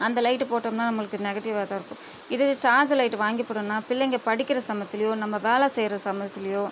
அந்த லைட் போட்டோம்னால் நம்பளுக்கு நெகடிவ்வாக தான் இருக்கும் இதே சார்ஜர் லைட் வாங்கி போட்டோம்னால் பிள்ளைங்க படிக்கிற சமயத்திலையோ நம்ம வேலை செய்கிற சமயத்திலையோ